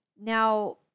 Now